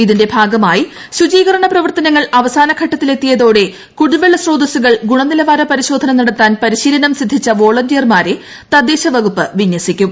ഇതിന്റെ ഭാഗമായി ശുചീകരണ പ്രവർത്തനങ്ങൾ അവസാനഘട്ടത്തിലെത്തിയതോടെ കുടിവെള്ള സ്രോതസുകൾ ഗുണനിലവാര പരിശോധന നടത്താൻ പരിശീലനം സിദ്ധിച്ച വോളണ്ടറിയർമാരെ തദ്ദേശ വകുപ്പ് വിന്യസിക്കും